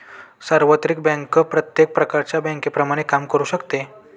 सार्वत्रिक बँक प्रत्येक प्रकारच्या बँकेप्रमाणे काम करू शकते